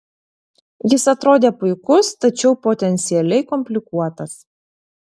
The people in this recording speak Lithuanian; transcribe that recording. jis atrodė puikus tačiau potencialiai komplikuotas